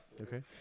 Okay